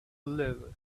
live